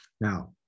Now